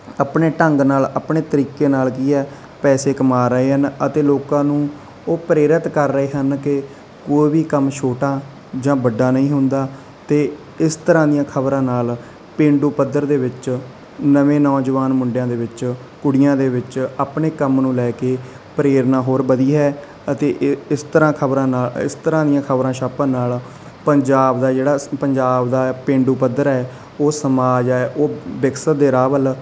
ਆਪਣੇ ਢੰਗ ਨਾਲ ਆਪਣੇ ਤਰੀਕੇ ਨਾਲ ਕੀ ਐ ਪੈਸੇ ਕਮਾ ਰਹੇ ਹਨ ਅਤੇ ਲੋਕਾਂ ਨੂੰ ਉਹ ਪ੍ਰੇਰਿਤ ਕਰ ਰਹੇ ਹਨ ਕਿ ਕੋਈ ਵੀ ਕੰਮ ਛੋਟਾ ਜਾਂ ਵੱਡਾ ਨਹੀਂ ਹੁੰਦਾ ਤੇ ਇਸ ਤਰ੍ਹਾਂ ਦੀਆਂ ਖਬਰਾਂ ਨਾਲ ਪੇਂਡੂ ਪੱਧਰ ਦੇ ਵਿੱਚ ਨਵੇਂ ਨੌਜਵਾਨ ਮੁੰਡਿਆਂ ਦੇ ਵਿੱਚ ਕੁੜੀਆਂ ਦੇ ਵਿੱਚ ਆਪਣੇ ਕੰਮ ਨੂੰ ਲੈ ਕੇ ਪ੍ਰੇਰਨਾ ਹੋਰ ਵਧੀਆ ਹੈ ਅਤੇ ਏ ਇਸ ਤਰ੍ਹਾਂ ਖਬਰਾਂ ਨਾਲ ਇਸ ਤਰ੍ਹਾਂ ਦੀਆਂ ਖਬਰਾਂ ਛਾਪਣ ਨਾਲ ਪੰਜਾਬ ਦਾ ਜਿਹੜਾ ਪੰਜਾਬ ਦਾ ਪੇਂਡੂ ਪੱਧਰ ਹੈ ਉਹ ਸਮਾਂ ਆ ਜਾਏ ਉਹ ਵਿਕਸਿਤ ਦੇ ਰਾਹ ਵੱਲ